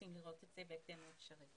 רוצים לראות אותו פועל בהתאם לאפשרויות.